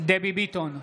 דבי ביטון,